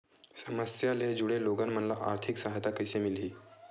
समस्या ले जुड़े लोगन मन ल आर्थिक सहायता कइसे मिलही?